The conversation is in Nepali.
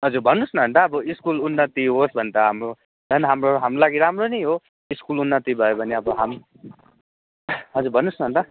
हजुर भन्नुहोस् न अन्त अब स्कुल उन्नति होस् भने त हाम्रो झन् हाम्रो हाम्रो लागि नै राम्रो नै हो स्कुल उन्नति भयो भने अब हाम हजुर भन्नुहोस् न अन्त